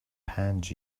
پنج